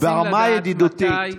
ברמה הידידותית,